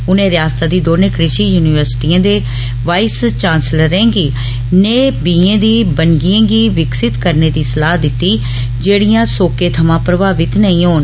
उनें रियासता दी दौने कृषि यूनिवर्सिटियें दे वाईस चांसलरें गी नेह बींए दी बनकियें गी विकसित करने दी सलाह दित्ती जेहड़े सोके थमां प्रभावित नेई होन